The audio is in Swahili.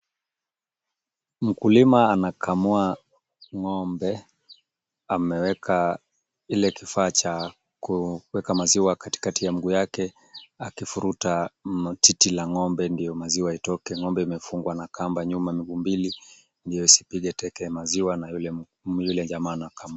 Mkulima anakamua ng'ombe. Ameweka kile kifaa cha kuweka maziwa katikati ya miguu yake akivuruta titi la ng'ombe ndio maziwa litoke. Ng'ombe imefungwa na kamba nyuma miguu mbili ndio isipige teke maziwa na yule jamaa anakamua.